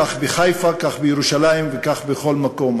כך בחיפה, כך בירושלים וכך בכל מקום.